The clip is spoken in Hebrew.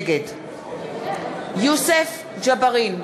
נגד יוסף ג'בארין,